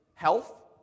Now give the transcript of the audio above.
Health